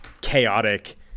chaotic